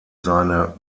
seine